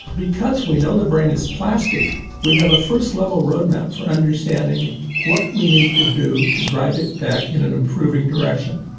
because we know the brain is plastic we have a first level roadmap for understanding what we need to do to drive it back in an improving direction.